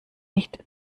nicht